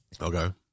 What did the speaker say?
Okay